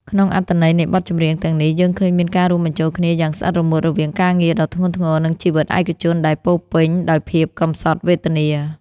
ក្នុងអត្ថន័យនៃបទចម្រៀងទាំងនេះ យើងឃើញមានការរួមបញ្ចូលគ្នាយ៉ាងស្អិតរមួតរវាងការងារដ៏ធ្ងន់ធ្ងរ និងជីវិតឯកជនដែលពោរពេញដោយភាពកំសត់វេទនា។